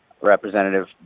Representative